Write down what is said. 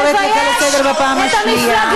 אני קוראת אותך לסדר בפעם הראשונה.